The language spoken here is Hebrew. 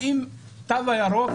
האם התו הירוק